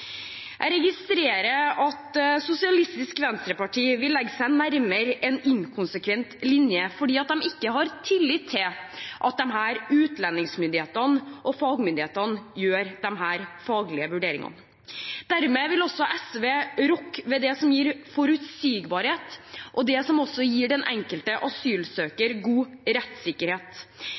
Jeg registrerer at SV vil legge seg nærmere en inkonsekvent linje fordi de ikke har tillit til at utlendingsmyndighetene og fagmyndighetene gjør disse faglige vurderingene. Dermed vil SV også rokke ved det som gir forutsigbarhet, og ved det som gir den enkelte asylsøker god rettssikkerhet.